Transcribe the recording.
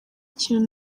ikintu